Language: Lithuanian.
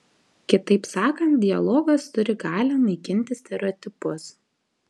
kitaip sakant dialogas turi galią naikinti stereotipus